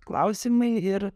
klausimai ir